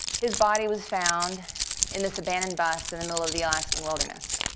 his body was found in this abandoned bus in the middle of the alaskan wilderness.